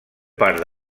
part